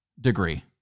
degree